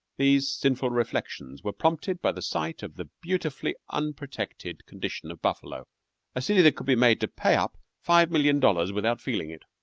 these sinful reflections were prompted by the sight of the beautifully unprotected condition of buffalo a city that could be made to pay up five million dollars without feeling it.